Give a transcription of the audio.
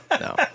No